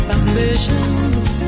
ambitions